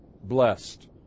blessed